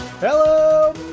Hello